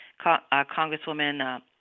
congresswoman